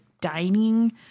dining